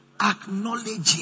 Acknowledging